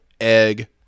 egg